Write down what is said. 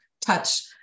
touch